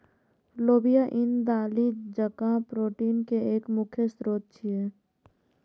लोबिया ईन दालि जकां प्रोटीन के एक प्रमुख स्रोत छियै